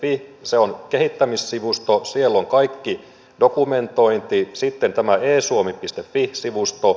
fi se on kehittämissivusto siellä on kaikki dokumentointi sitten tämä esuomi